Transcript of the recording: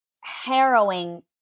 harrowing